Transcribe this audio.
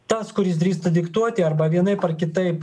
tas kuris drįsta diktuoti arba vienaip ar kitaip